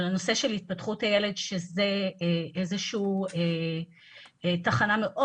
על נושא התפתחות הילד שזה איזושהי תחנה מאוד